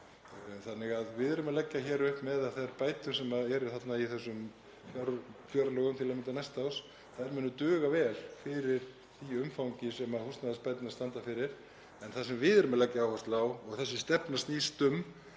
Þannig að við erum að leggja hér upp með að þær bætur sem eru þarna í þessum fjárlögum, til að mynda næsta árs, muni duga vel fyrir því umfangi sem húsnæðisbæturnar standa fyrir. En það sem við erum að leggja áherslu á og það sem þessi stefna snýst um